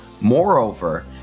Moreover